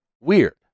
Weird